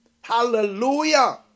Hallelujah